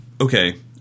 okay